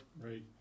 Right